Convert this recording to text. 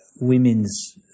women's